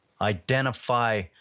Identify